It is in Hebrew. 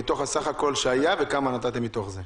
מתוך הסך הכול שהיה וכמה נתתם מתוך זה.